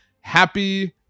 Happy